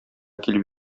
килеп